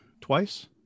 twice